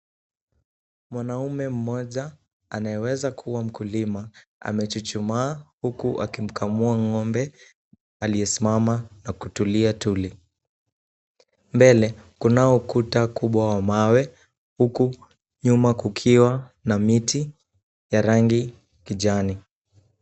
Mwanaume mmoja anayeweza kuwa mkulima amechuchumaa huku akimkamua ng'ombe aliyesimama na kutulia tuli. Mbele kunao ukuta kubwa wa mawe huku nyuma kukiwa na miti ya rangi kijani.